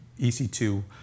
EC2